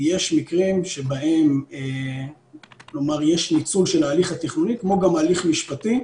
יש מקרים שבהם יש ניצול של ההליך התכנוני כמו גם הליך משפטי.